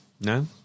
No